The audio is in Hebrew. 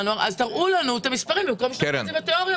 תראו לנו את המספרים במקום שנעסוק בתיאוריה.